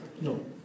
no